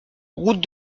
route